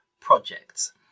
projects